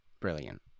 Brilliant